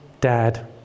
dad